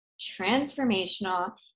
transformational